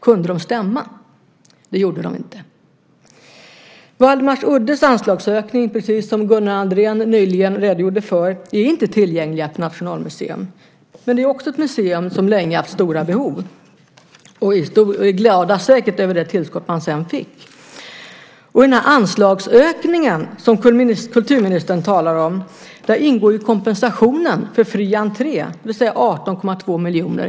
Kunde de stämma? Det gjorde de inte. Waldemarsuddes anslagsökning är inte tillgängliga för Nationalmuseum, precis som Gunnar Andrén nyligen redogjorde för. Waldemarsudde är också ett museum som länge har haft stora behov. Man är säkert glad över det tillskott som man sedan fick. I den anslagsökningen som kulturministern talar om ingår kompensationen för fri entré, det vill säga 18,2 miljoner.